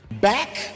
Back